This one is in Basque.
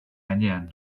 gainean